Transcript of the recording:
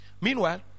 meanwhile